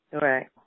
Right